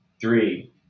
three